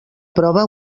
prova